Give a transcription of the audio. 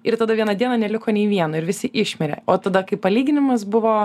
ir tada vieną dieną neliko nei vieno ir visi išmirė o tada kaip palyginimas buvo